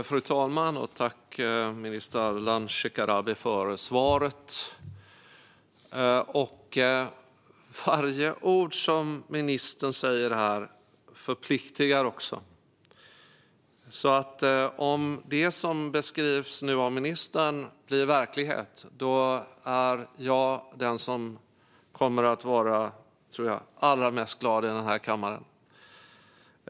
Fru talman! Jag tackar minister Ardalan Shekarabi för svaret. Varje ord som ministern säger här förpliktar. Om det som ministern nu beskriver blir verklighet är jag den som kommer att vara allra gladast i den här kammaren.